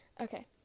okay